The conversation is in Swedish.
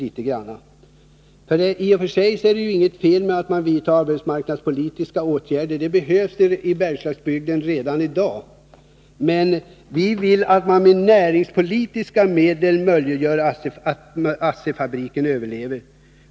I och för sig är det inget fel att man vidtar arbetsmarknadspolitiska åtgärder — de behövs i Bergslagsbygden redan i dag — men vi vill att man med näringspolitiska medel möjliggör att ASSI-fabriken överlever.